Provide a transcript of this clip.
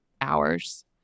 hours